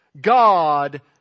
God